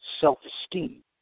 Self-esteem